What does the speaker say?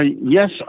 Yes